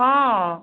অঁ